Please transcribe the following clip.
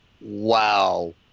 Wow